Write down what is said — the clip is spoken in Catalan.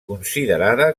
considerada